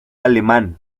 alemán